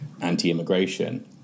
anti-immigration